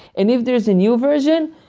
and if there's a new version,